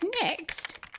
Next